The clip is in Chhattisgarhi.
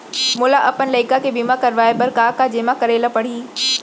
मोला अपन लइका के बीमा करवाए बर का का जेमा करे ल परही?